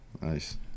Nice